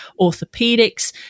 orthopedics